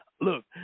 Look